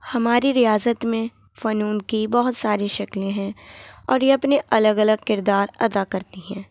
ہماری ریاست میں فنون کی بہت ساری شکلیں ہیں اور یہ اپنے الگ الگ کردار ادا کرتی ہیں